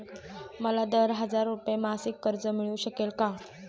मला दहा हजार रुपये मासिक कर्ज मिळू शकेल का?